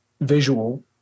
visual